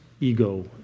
ego